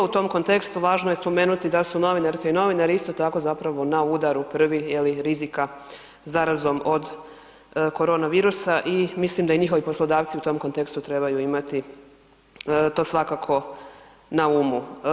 U tom kontekstu važno je spomenuti da su novinarke i novinari isto tako zapravo na udaru prvi je li rizika zarazom od korona virusa i mislim da i njihovi poslodavci u tom kontekstu trebaju imati to svakako na umu.